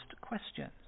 questions